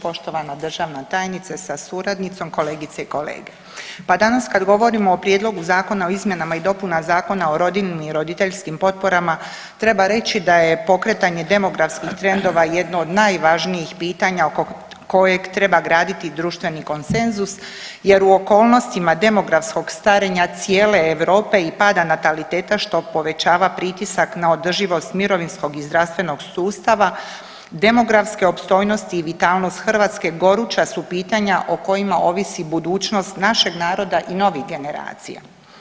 Poštovana državna tajnice sa suradnicom, kolegice i kolege, pa danas kad govorimo o Prijedlogu Zakona o izmjenama i dopunama Zakona o rodiljnim i roditeljskim potporama treba reći da je pokretanje demografskih trendova jedno od najvažnijih pitanja oko kojeg treba graditi društveni konsenzus jer u okolnostima demografskog starenja cijele Europe i pada nataliteta što povećava pritisak na održivost mirovinskog i zdravstvenog sustava demografske opstojnosti i vitalnost Hrvatske goruća su pitanja o kojima ovisi budućnost našeg naroda i novih generacija.